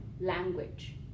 language